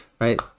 right